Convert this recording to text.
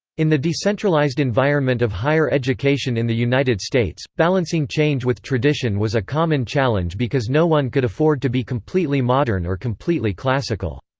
in the decentralized environment of higher education in the united states, balancing change with tradition was a common challenge because no one could afford to be completely modern or completely classical.